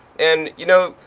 and, you know,